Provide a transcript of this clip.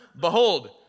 Behold